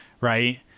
right